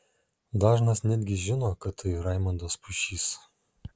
dažnas netgi žino kad tai raimondas puišys